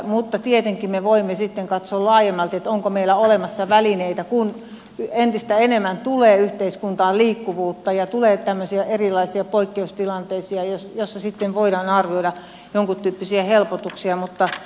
mutta tietenkin me voimme sitten katsoa laajemmalti onko meillä olemassa välineitä kun entistä enemmän tulee yhteiskuntaan liikkuvuutta ja tulee tämmöisiä erilaisia poikkeustilanteita joissa sitten voidaan arvioida jonkun tyyppisiä helpotuksia